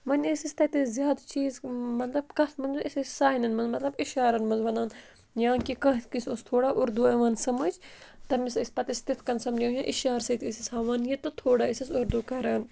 وۄنۍ ٲسۍ أسۍ تَتہِ ٲسۍ زیادٕ چیٖز مطلب کَتھ منٛز أسۍ ٲسۍ سانٮ۪ن منٛز مطلب اِشارَن منٛز وَنان یا کہِ کٲنٛسہِ کٲنٛسہِ اوس تھوڑا اردوٗ یِوان سَمٕجھ تٔمِس ٲسۍ پَتہٕ ٲسۍ تِتھ کٔنۍ سَمجھاوان یا اِشارٕ سۭتۍ ٲسۍ أسۍ ہاوان یہِ تہٕ تھوڑا ٲسۍ أسۍ اردوٗ کَران